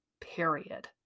Period